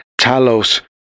Talos